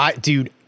Dude